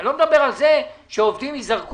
אני לא מדבר על זה שהעובדים ייזרקו